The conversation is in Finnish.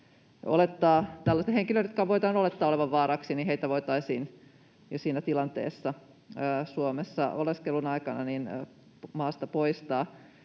tällaisia henkilöitä, joiden voidaan olettaa olevan vaaraksi, voitaisiin siinä tilanteessa Suomessa oleskelun aikana maasta poistaa.